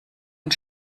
und